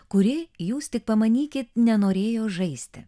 kuri jūs tik pamanykit nenorėjo žaisti